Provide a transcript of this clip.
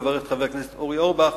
לברך את חבר הכנסת אורי אורבך